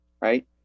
right